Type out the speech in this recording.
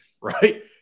right